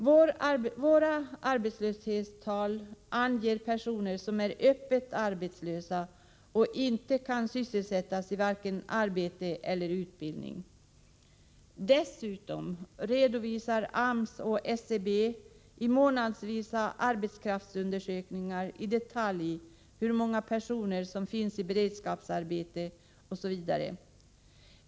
Våra arbetslöshetstal anger personer som är öppet arbetslösa och inte kan sysselsättas i vare sig arbete eller utbildning. Dessutom redovisar AMS och SCB i månadsvisa arbetskraftsundersökningar i detalj hur många personer som finns i beredskapsarbete osv.